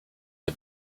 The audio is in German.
der